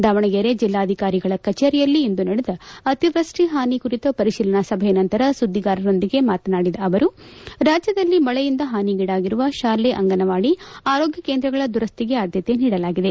ದಾವಣಗೆರೆ ಜಿಲ್ಲಾಧಿಕಾರಿಗಳ ಕಚೇರಿಯಲ್ಲಿಂದು ನಡೆದ ಅತಿವೃಷ್ಟಿ ಹಾನಿ ಕುರಿತ ಪರಿಶೀಲನಾ ಸಭೆಯ ನಂತರ ಸುದ್ದಿಗಾರರೊಂದಿಗೆ ಮಾತನಾಡಿದ ಅವರು ಮಳೆಯಿಂದ ಹಾನಿಗೀಡಾಗಿರುವ ಶಾಲೆ ಅಂಗನವಾಡಿ ಆರೋಗ್ಯ ಕೇಂದ್ರಗಳ ದುರಸ್ತಿಗೆ ಆದ್ಯತೆ ನೀಡಲಾಗಿದೆ